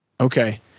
Okay